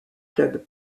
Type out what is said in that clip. club